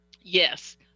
Yes